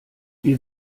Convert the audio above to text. wir